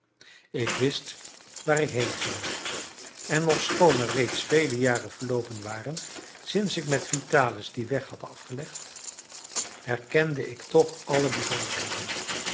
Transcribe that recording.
ik wist waar ik heenging en ofschoon er reeds vele jaren verloopen waren sinds ik met vitalis dien weg had afgelegd herkende ik toch alle bijzonderheden